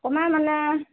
কমাই মানে